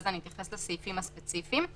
אחרי כן אתייחס לסעיפים הספציפיים.